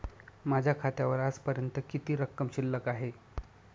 माझ्या खात्यावर आजपर्यंत किती रक्कम शिल्लक आहे?